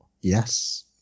yes